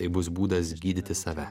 tai bus būdas gydyti save